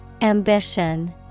Ambition